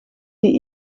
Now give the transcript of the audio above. die